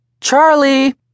Charlie